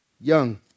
young